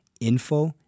info